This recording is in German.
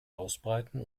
ausbreiten